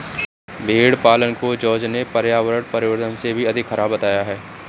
भेड़ पालन को जॉर्ज ने पर्यावरण परिवर्तन से भी अधिक खराब बताया है